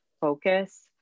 focus